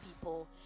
people